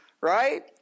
right